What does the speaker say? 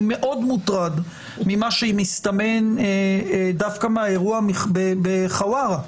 אני מאוד מודאג ממה שמסתמן דווקא מהאירוע בחווארה,